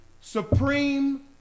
supreme